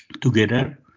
together